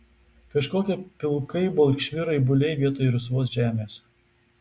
kažkokie pilkai balkšvi raibuliai vietoj rusvos žemės